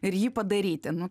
ir jį padaryti nu